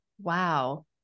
wow